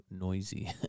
noisy